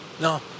No